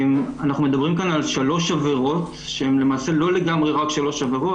אנחנו מדברים כאן על שלוש עבירות שהן למעשה לא לגמרי רק שלוש עבירות,